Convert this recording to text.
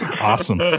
awesome